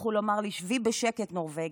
טרחו לומר לי: שבי בשקט, נורבגית.